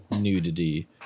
nudity